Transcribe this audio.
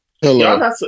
Hello